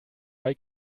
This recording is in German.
bei